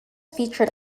featured